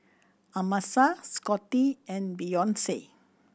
Amasa Scottie and Beyonce